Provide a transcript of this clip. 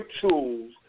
tools